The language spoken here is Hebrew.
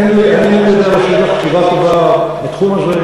אין לי תשובה טובה להשיב לך בתחום הזה.